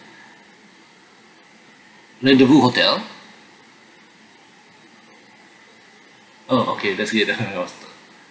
rendezvous hotel oh okay that's good I was